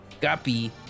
Guppy